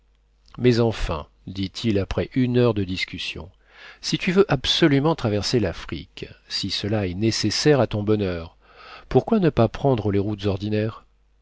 mais enfin dit-il après une heure de discussion si tu veux absolument traverser l'afrique si cela est nécessaire à ton bonheur pourquoi ne pas prendre les routes ordinaires